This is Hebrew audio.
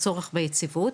הצורך ביציבות.